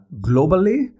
globally